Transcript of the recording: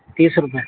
تیس روپئے